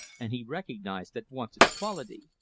and he recognized at once its quality.